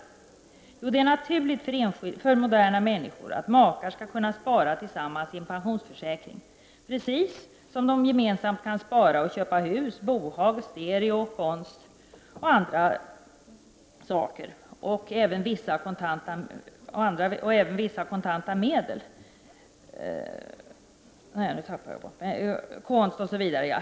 Jo, det är naturligt för moderna människor att makar skall kunna spara tillsammans i en pensionsförsäkring, precis som de gemensamt kan spara och köpa hus, bohag, stereo, konst, osv.